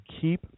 keep